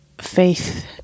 faith